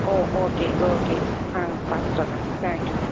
okay okay நான் பார்த்து சொல்லுறேன் மேம் தேங்க் யூ மேம்